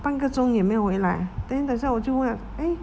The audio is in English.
半个钟也没有回来 then 等下我就问 eh